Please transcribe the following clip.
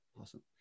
awesome